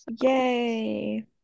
Yay